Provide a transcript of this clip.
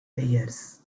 years